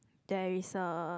there is a